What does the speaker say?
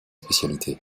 spécialités